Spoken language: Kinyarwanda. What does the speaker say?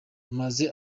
maze